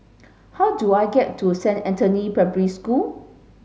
how do I get to Saint Anthony Primary School